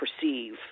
perceive